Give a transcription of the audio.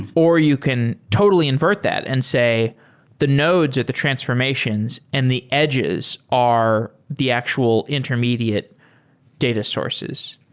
or you can totally invert that and say the nodes are the transformations and the edges are the actual intermediate data sources.